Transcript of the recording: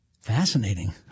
Fascinating